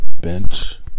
bench